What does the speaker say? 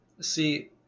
see